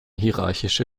hierarchische